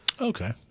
Okay